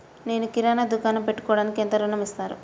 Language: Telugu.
నేను కిరాణా దుకాణం పెట్టుకోడానికి ఎంత ఋణం ఇస్తారు?